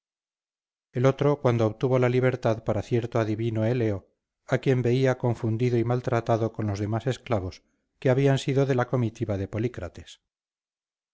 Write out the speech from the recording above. el otro cuando obtuvo la libertad para cierto adivino eleo a quien veía confundido y maltratado con los demás esclavos que habían sido de la comitiva de